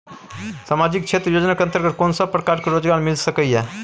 सामाजिक क्षेत्र योजना के अंतर्गत कोन सब प्रकार के रोजगार मिल सके ये?